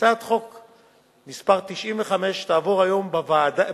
הצעת חוק מס' 95 תעבור היום במליאה,